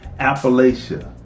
appalachia